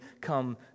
come